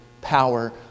power